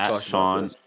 Sean